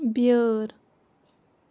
بیٛٲر